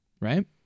right